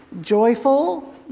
Joyful